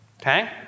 Okay